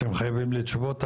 אתם חייבים לי תשובות.